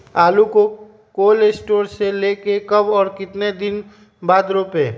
आलु को cold store से ले के कब और कितना दिन बाद रोपे?